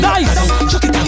Nice